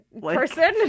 person